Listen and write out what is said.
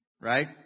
Right